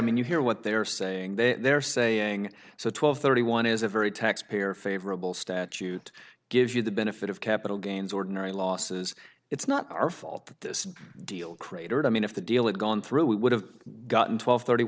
i mean you hear what they're saying they're saying so twelve thirty one is a very tax payer favorable statute gives you the benefit of capital gains ordinary losses it's not our fault that this deal cratered i mean if the deal is gone through we would have gotten twelve thirty